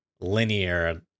linear